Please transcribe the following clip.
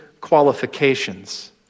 qualifications